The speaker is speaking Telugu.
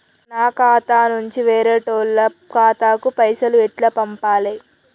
నా ఖాతా నుంచి వేరేటోళ్ల ఖాతాకు పైసలు ఎట్ల పంపాలే?